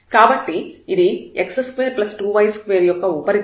కాబట్టి ఇది x22y2 యొక్క ఉపరితలం